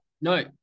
No